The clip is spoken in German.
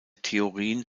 theorien